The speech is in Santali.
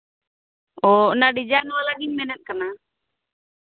ᱚ ᱚᱱᱟ ᱰᱤᱡᱟᱭᱤᱱ ᱵᱟᱞᱟᱜᱤᱧ ᱢᱮᱱᱮᱫ ᱠᱟᱱᱟ